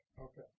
Okay